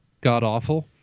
god-awful